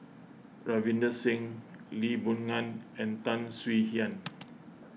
Ravinder Singh Lee Boon Ngan and Tan Swie Hian